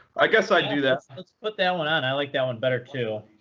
i guess i'd do that. let's put that one on. i like that one better, too.